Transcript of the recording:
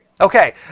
Okay